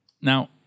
Now